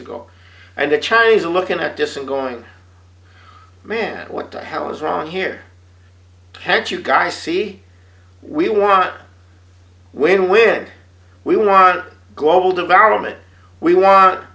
ago and the chinese are looking at this and going man what the hell is wrong here tech you guys see we want when when we want global development we want